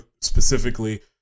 specifically